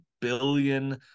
billion